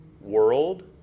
world